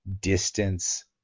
distance